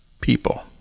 people